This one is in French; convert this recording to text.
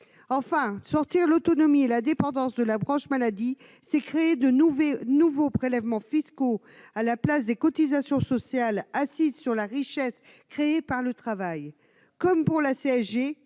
Enfin, sortir la perte d'autonomie et la dépendance de la branche maladie conduit à substituer de nouveaux prélèvements fiscaux aux cotisations sociales assises sur la richesse créée par le travail. Comme pour la CSG,